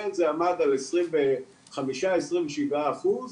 זה עמד על עשירם וחמישה, עשרים ושבעה אחוז.